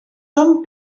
són